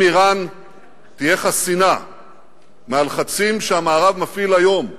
אם אירן תהיה חסינה מהלחצים שהמערב מפעיל היום בלוב,